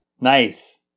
nice